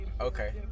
Okay